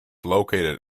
located